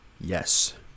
yes